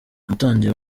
yatangiye